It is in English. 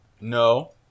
No